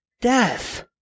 death